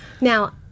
Now